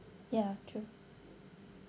ya true